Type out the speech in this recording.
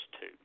two